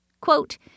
Quote